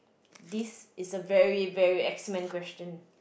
this is a very very X-Men question